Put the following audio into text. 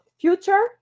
future